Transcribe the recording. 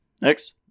Next